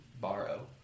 borrow